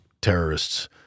terrorists